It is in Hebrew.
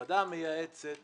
הוועדה המייעצת